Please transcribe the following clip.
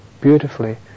beautifully